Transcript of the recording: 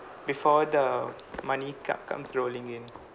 before the money come comes rolling in